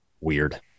weird